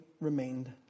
remained